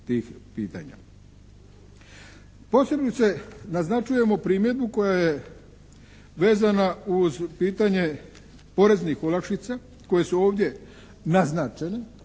tih pitanja. Posebice naznačujemo primjedbu koja je vezana uz pitanje poreznih olakšica koje su ovdje naznačene